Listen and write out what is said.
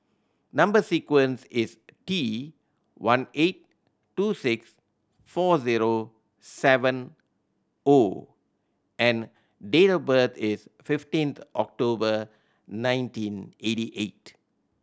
number sequence is T one eight two six four zero seven O and date of birth is fifteenth October nineteen eighty eight